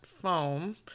Foam